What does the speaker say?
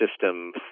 system